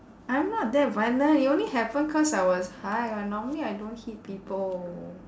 I'm not that violent it only happen cause I was high but normally I don't hit people